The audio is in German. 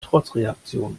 trotzreaktionen